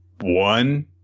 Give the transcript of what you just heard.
one